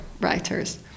writers